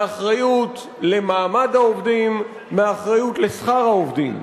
מהאחריות למעמד העובדים, מהאחריות לשכר העובדים.